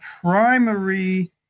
primary